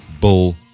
bull